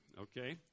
okay